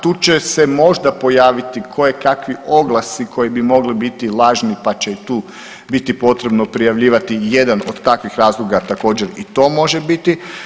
Tu će se možda pojaviti kojekakvi oglasi koji bi mogli biti lažni, pa će i tu biti potrebno prijavljivati i jedan od takvih razloga, također i to može biti.